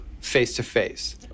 face-to-face